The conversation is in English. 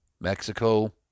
Mexico